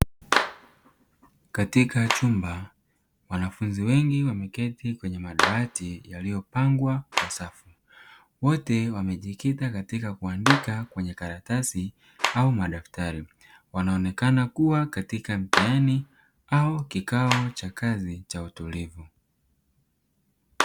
Katika chumba wanafunzi wengi wameketi katika madawati yaliyopangwa kwa safu, wote wamejikita katika kuandika kwenye karatasi au daftari, wanaonekana kuwa katika mtihani au kikao cha utulivu.